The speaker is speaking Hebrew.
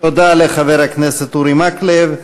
תודה לחבר הכנסת אורי מקלב.